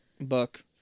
book